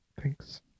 Thanks